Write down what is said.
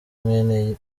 mwene